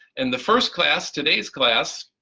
and the first class, today's class,